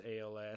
ALS